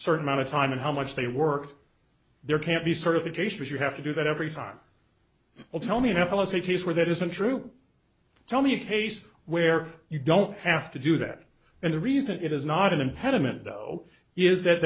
certain amount of time and how much they work there can't be certifications you have to do that every time well tell me in f l is a case where that isn't true tell me a case where you don't have to do that and the reason it is not an impediment though is that